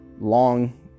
long